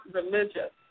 religious